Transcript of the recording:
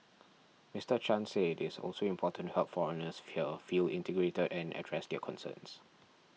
Mister Chan said it is also important to help foreigners here feel integrated and address their concerns